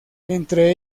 entre